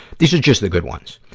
this is just the good ones.